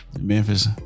Memphis